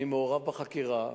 אני מעורב בחקירה.